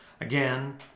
again